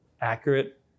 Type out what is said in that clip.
accurate